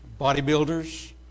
bodybuilders